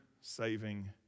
saving